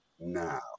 now